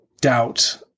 doubt